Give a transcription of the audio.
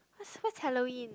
what's Halloween